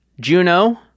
Juno